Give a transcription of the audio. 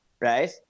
Right